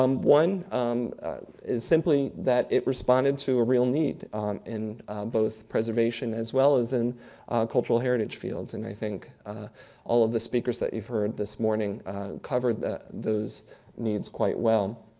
um one um is simply that it responded to a real need in both preservation, as well as in cultural heritage fields. and i think all of the speakers that you've heard this morning covered those needs quite well.